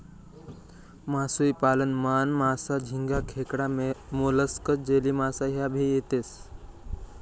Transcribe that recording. मासोई पालन मान, मासा, झिंगा, खेकडा, मोलस्क, जेलीमासा ह्या भी येतेस